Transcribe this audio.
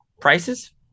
prices